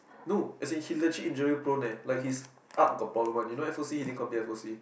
no as in he legit injury prone leh like his arch got problem one you know F_O_C he din complete F_O_C